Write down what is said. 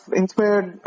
inspired